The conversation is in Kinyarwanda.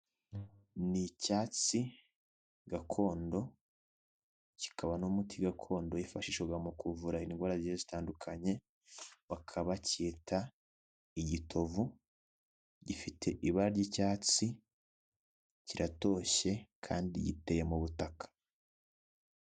N'icyatsi gakondo kikaba n'umuti gakondo wifashishwaga mu kuvura indwara zigiye zitandukanye, bakaba bacyita igitovu, gifite ibara ry'icyatsi, kiratoshye kandi giteye mu butaka.